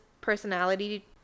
personality